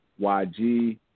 YG